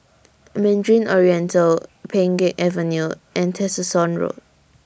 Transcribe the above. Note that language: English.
Mandarin Oriental Pheng Geck Avenue and Tessensohn Road